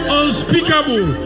unspeakable